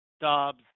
Dobbs